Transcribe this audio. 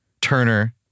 Turner